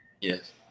Yes